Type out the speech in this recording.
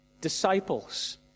disciples